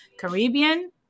Caribbean